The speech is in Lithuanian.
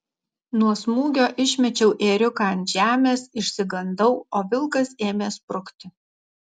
nuo smūgio išmečiau ėriuką ant žemės išsigandau o vilkas ėmė sprukti